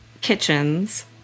kitchens